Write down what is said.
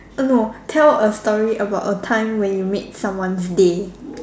uh no tell a story about a time when you made someone's day